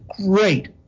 great